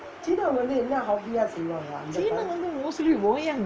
சீன வந்து:seena vanthu mostly wayang